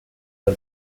del